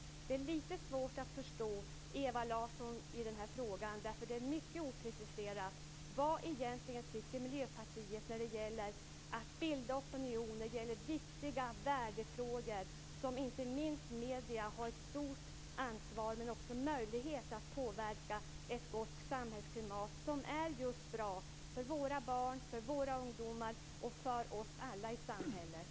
Det är lite svårt att förstå Ewa Larsson i den här frågan, därför att det är mycket opreciserat vad Miljöpartiet egentligen tycker när det gäller att bilda opinion i viktiga värdefrågor, som inte minst medierna har ett stort ansvar för men också möjlighet att påverka så att vi får ett gott samhällsklimat som är bra just för våra barn, för våra ungdomar och för oss alla i samhället.